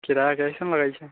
किराया कैसन लगाबै छै